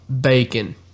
bacon